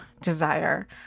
desire